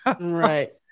Right